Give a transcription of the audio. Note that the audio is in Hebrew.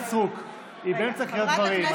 היא באמצע קריאת דברים,